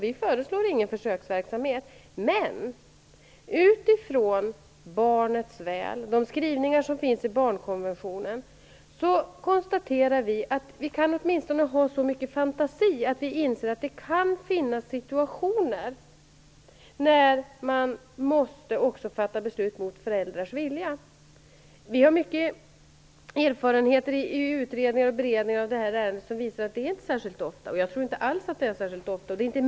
Vi föreslår ingen försöksverksamhet, men utifrån barnets väl - barnkonventionens skrivningar - kan vi väl åtminstone ha så mycket fantasi att vi inser att det kan finnas situationer där man måste fatta beslut mot föräldrars vilja. Vi har mycket erfarenhet av utredningar och beredningar i ärendet som visar att det inte särskilt ofta är så; jag tror inte det, och det är heller inte meningen.